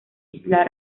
isla